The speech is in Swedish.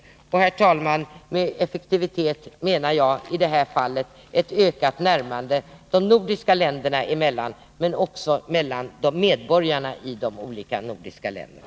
Och, herr talman, med effektivitet menar jag i det här fallet ett ökat närmande de nordiska länderna emellan, men också mellan medborgarna i de olika nordiska länderna.